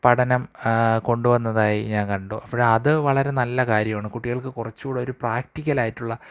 പഠനം കൊണ്ടുവന്നതായി ഞാൻ കണ്ടു അപ്പോള് അത് വളരെ നല്ല കാര്യമാണ് കുട്ടികൾക്ക് കുറച്ചുകൂടെ ഒരു പ്രാക്ടിക്കലായിട്ടുള്ള